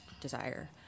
desire